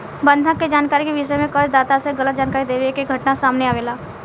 बंधक के जानकारी के विषय में कर्ज दाता से गलत जानकारी देवे के घटना सामने आवेला